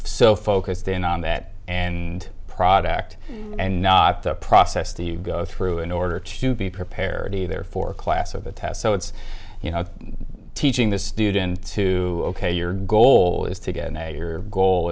so focused in on that and product and not the process to go through in order to be prepared either for class or the test so it's you know teaching the student to pay your goal is to get an a your goal